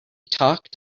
talked